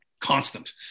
constant